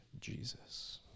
Jesus